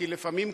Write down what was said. כי לפעמים קשה,